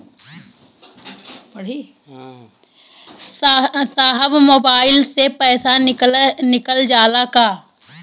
साहब मोबाइल से पैसा निकल जाला का?